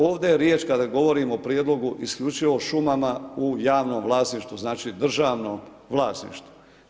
Ovdje je riječ kada govorimo o prijedlogu isključivo o šumama u javnom vlasništvu znači državno vlasništvo.